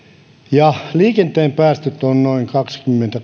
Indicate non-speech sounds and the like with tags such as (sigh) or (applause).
ja liikenteen päästöt ovat noin kaksikymmentä (unintelligible)